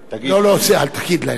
לא לא, את זה אל תגיד להם.